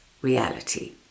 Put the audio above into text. reality